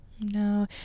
no